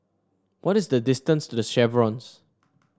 what is the distance to The Chevrons